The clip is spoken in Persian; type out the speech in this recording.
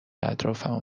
اطرافمو